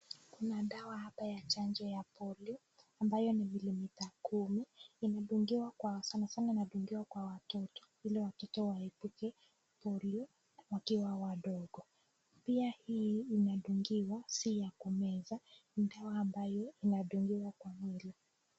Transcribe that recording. Kuna dawa hapa ya chanjo ya polio ambayo ni milimita kumi inadungiwa sana sana inadungiwa kwa watoto ili watoto waebuke na polio wakiwa wadogo. Pia hii inadungiwa si kumeza. Dawa ambayo inadungiwa kwa mwili.